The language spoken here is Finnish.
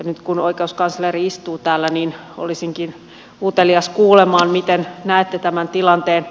nyt kun oikeuskansleri istuu täällä olisinkin utelias kuulemaan miten näette tämän tilanteen